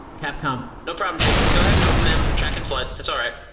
capcom no problem, jim. go ahead and open them, track and flood, that's alright.